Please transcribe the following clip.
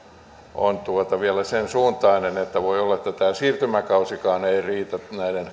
on vielä sen suuntainen että voi olla että tämä siirtymäkausikaan ei riitä